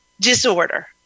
disorder